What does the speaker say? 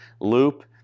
loop